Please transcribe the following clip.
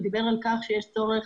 הוא דיבר על כך שיש צורך